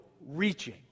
reaching